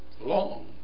long